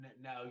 now